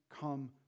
come